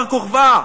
בר-כוכבא,